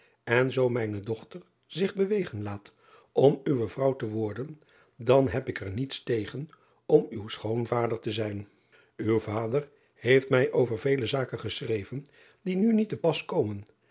en zoo mijne dochter zich bewegen laat om uwe vrouw te worden dan heb ik er niets tegen om uw schoonvader te zijn w vader heeft mij over vele zaken geschreven die nu niet te pas komen